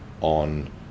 on